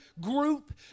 group